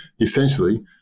Essentially